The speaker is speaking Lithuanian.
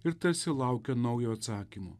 ir tarsi laukia naujo atsakymo